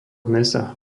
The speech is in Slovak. mäsa